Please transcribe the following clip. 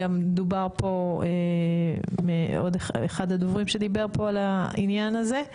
גם דובר פה על ידי אחד הדוברים שדיבר פה על העניין הזה,